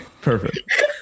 perfect